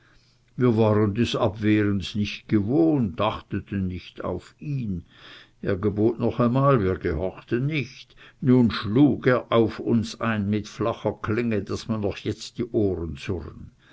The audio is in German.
wir waren des abwehrens nicht gewohnt achteten nicht auf ihn er gebot noch einmal wir gehorchten nicht nun schlug er auf uns ein mit flacher klinge daß mir noch jetzt die ohren surren